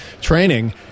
training